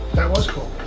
that was cool.